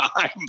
time